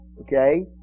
okay